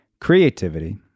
creativity